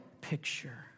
picture